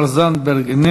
היכן